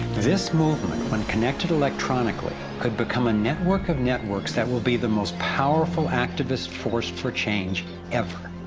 this movement, when connected electronically, could become a network of networks that will be the most powerful activist force for change ever.